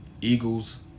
Eagles